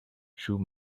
through